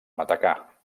matacà